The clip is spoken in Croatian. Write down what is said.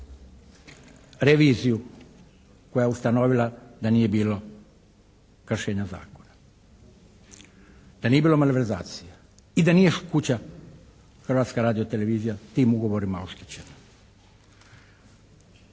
reviziju koja je ustanovila da nije bilo kršenja zakona, da nije bilo malverzacija i da nije kuća Hrvatska radiotelevizija tim ugovorima oštećena.